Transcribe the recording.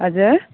हजुर